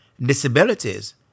disabilities